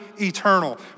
eternal